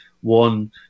one